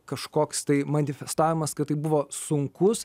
kažkoks tai manifestavimas kad tai buvo sunkus